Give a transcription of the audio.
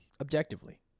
objectively